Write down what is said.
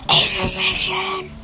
Intermission